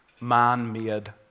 man-made